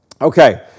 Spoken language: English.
Okay